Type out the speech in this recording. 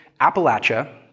Appalachia